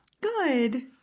Good